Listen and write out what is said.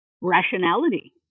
rationality